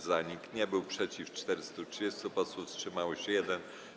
Za nikt nie był, przeciw - 430 posłów, wstrzymał się 1.